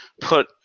put